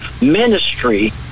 ministry